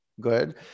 Good